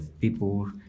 people